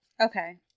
Okay